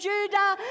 Judah